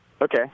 Okay